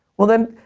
well then,